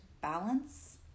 balance